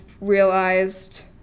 realized